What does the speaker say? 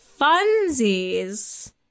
funsies